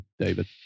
David